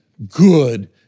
good